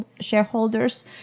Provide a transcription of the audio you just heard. shareholders